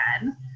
again